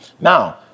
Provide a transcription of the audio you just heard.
Now